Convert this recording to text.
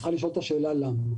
צריכה לשאול את השאלה: למה?